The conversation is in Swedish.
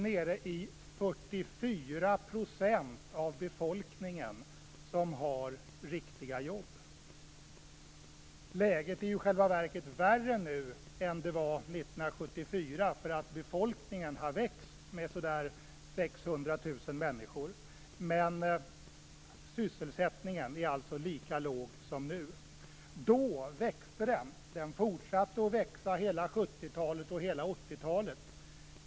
Bara 44 % av befolkningen har riktiga jobb. Läget är i själva verket värre nu än det var 1974. Befolkningen har ju växt med ungefär 600 000 människor. Men sysselsättningen var alltså lika låg som nu. Då växte sysselsättningen. Den fortsatte att växa hela 70-talet och hela 80-talet.